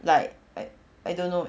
like I I don't know